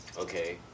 okay